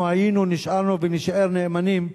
אנחנו היינו, נשארנו ונישאר נאמנים.